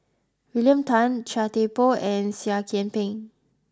William Tan Chia Thye Poh and Seah Kian Peng